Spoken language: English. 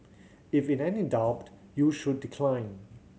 if in any doubt you should decline